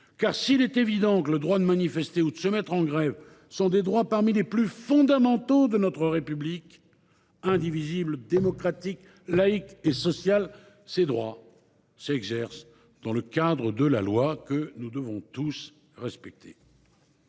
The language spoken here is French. s’il est évident que le droit de manifester et le droit de se mettre en grève sont parmi les plus fondamentaux de notre République indivisible, démocratique, laïque et sociale, ces droits s’exercent dans le cadre de la loi, que nous devons tous respecter.